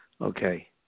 okay